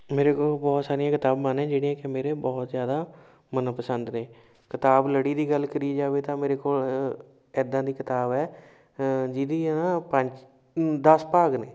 ਮੇਰੇ ਕੋਲ ਬਹੁਤ ਸਾਰੀਆਂ ਕਿਤਾਬਾਂ ਨੇ ਜਿਹੜੀਆਂ ਕਿ ਮੇਰੇ ਬਹੁਤ ਜ਼ਿਆਦਾ ਮਨਪਸੰਦ ਨੇ ਕਿਤਾਬ ਲੜੀ ਦੀ ਗੱਲ ਕਰੀ ਜਾਵੇ ਤਾਂ ਮੇਰੇ ਕੋਲ ਇੱਦਾਂ ਦੀ ਕਿਤਾਬ ਹੈ ਜਿਹਦੀਆਂ ਪੰਜ ਦਸ ਭਾਗ ਨੇ